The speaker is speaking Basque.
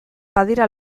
badira